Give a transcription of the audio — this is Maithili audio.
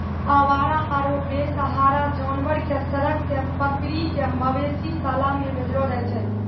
आवारा आरो बेसहारा जानवर कॅ सड़क सॅ पकड़ी कॅ मवेशी शाला मॅ भेजलो जाय छै